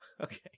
okay